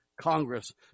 Congress